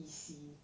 E_C